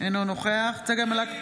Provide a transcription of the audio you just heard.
אינה נוכחת יונתן מישרקי,